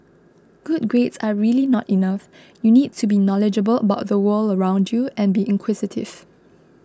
good grades are really not enough you need to be knowledgeable about the world around you and be inquisitive